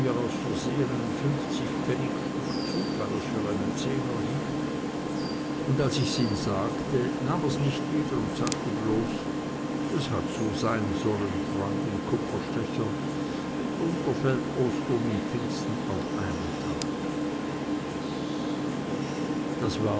versehen ein fünfzigpfennigstück zu weil er's für einen zehner hielt und als ich's ihm sagte nahm er's nicht wieder und sagte bloß das hat so sein sollen freund und kupferstecher mitunter fällt ostern und pfingsten auf einen dag das war